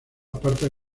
partes